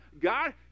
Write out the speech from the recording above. God